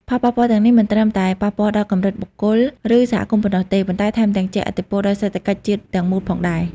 ផលប៉ះពាល់ទាំងនេះមិនត្រឹមតែប៉ះពាល់ដល់កម្រិតបុគ្គល ឬសហគមន៍ប៉ុណ្ណោះទេ ប៉ុន្តែថែមទាំងជះឥទ្ធិពលដល់សេដ្ឋកិច្ចជាតិទាំងមូលផងដែរ។